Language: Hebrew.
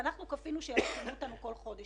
ואנחנו כפינו שיעדכנו אותנו בכל חודש,